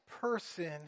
person